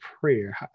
prayer